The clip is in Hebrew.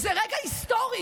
רבותיי, זה רגע היסטורי.